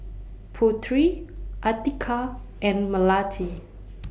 Putri Atiqah and Melati